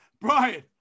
Brian